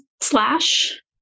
slash